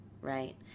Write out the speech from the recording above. right